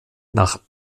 nach